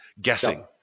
Guessing